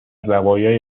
زوایای